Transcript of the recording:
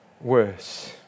worse